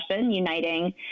uniting